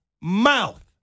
mouth